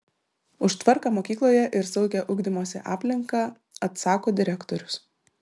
už tvarką mokykloje ir saugią ugdymosi aplinką atsako direktorius